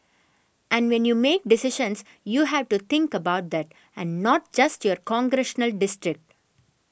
and when you make decisions you have to think about that and not just your congressional district